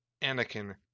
Anakin